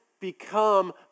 become